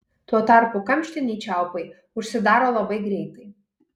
tuo tarpu kamštiniai čiaupai užsidaro labai greitai